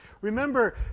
Remember